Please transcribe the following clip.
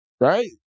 Right